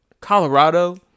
Colorado